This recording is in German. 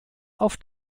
auf